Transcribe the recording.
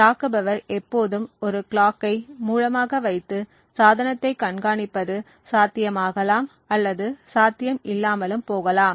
தாக்குப்பவர் எப்போதும் ஒரு கிளாக்கை மூலமாக வைத்து சாதனத்தை கண்காணிப்பது சாத்தியமாகலம் அல்லது சாத்தியம் இல்லாமலும் போகலாம்